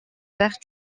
verre